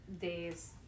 days